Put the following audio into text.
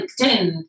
LinkedIn